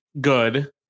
good